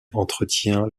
entretient